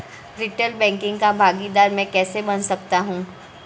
Retail banking का भागीदार मैं कैसे बन सकता हूँ?